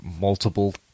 multiple